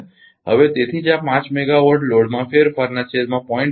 હવે તેથી જ આ 5 મેગાવાટ લોડમાં ફેરફાર ના છેદમાં 0